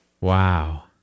Wow